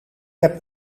heb